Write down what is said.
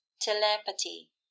telepathy